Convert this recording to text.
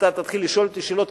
אתה תתחיל לשאול אותי שאלות,